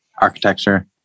architecture